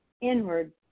inward